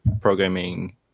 programming